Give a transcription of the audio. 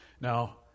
Now